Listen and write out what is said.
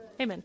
Amen